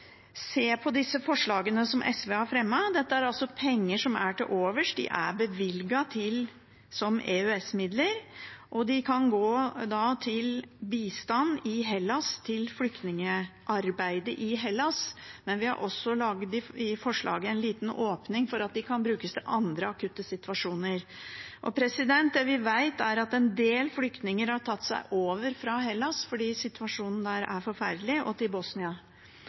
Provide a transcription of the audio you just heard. se på disse forslagene som SV har fremmet. Dette er altså penger som er til overs. De er bevilget som EØS-midler, og de kan gå til bistand til flyktningarbeidet i Hellas. Men vi har også laget en liten åpning i forslaget for at de kan brukes til andre akutte situasjoner. Det vi vet, er at en del flyktninger har tatt seg over fra Hellas – fordi situasjonen der er forferdelig – til Bosnia.